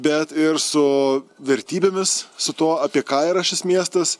bet ir su vertybėmis su tuo apie ką yra šis miestas